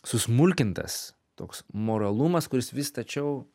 susmulkintas toks moralumas kuris vis tačiau